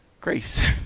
grace